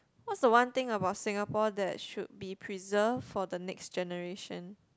what's the one thing about Singapore that should be preserve for the next generation